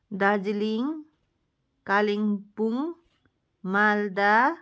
Darjeeling Kalimpong Malda